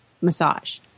Massage